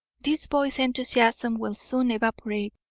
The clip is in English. this boy's enthusiasm will soon evaporate.